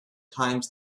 times